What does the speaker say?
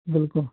بِلکُل